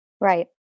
Right